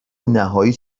نهایی